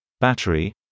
battery